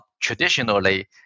Traditionally